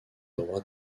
droits